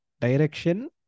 direction